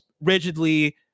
rigidly